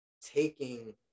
taking